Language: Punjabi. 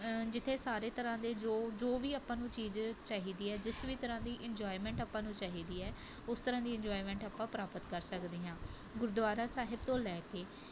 ਜਿੱਥੇ ਸਾਰੇ ਤਰ੍ਹਾਂ ਦੇ ਜੋ ਜੋ ਵੀ ਆਪਾਂ ਨੂੰ ਚੀਜ਼ ਚਾਹੀਦੀ ਹੈ ਜਿਸ ਵੀ ਤਰ੍ਹਾਂ ਦੀ ਇੰਨਜੋਏਮੈਂਟ ਆਪਾਂ ਨੂੰ ਚਾਹੀਦੀ ਹੈ ਉਸ ਤਰ੍ਹਾਂ ਦੀ ਇੰਨਜੋਏਮੈਂਟ ਆਪਾਂ ਪ੍ਰਾਪਤ ਕਰ ਸਕਦੇ ਹਾਂ ਗੁਰਦੁਆਰਾ ਸਾਹਿਬ ਤੋਂ ਲੈ ਕੇ